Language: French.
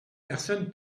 personne